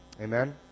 Amen